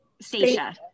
stacia